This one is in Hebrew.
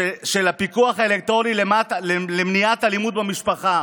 של הפיקוח האלקטרוני למניעת אלימות במשפחה,